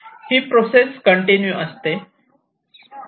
ही process continue असते